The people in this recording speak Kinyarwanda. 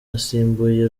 asimbuye